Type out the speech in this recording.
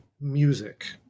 music